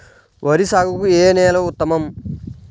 వరి సాగుకు ఏ నేల ఉత్తమం?